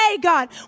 God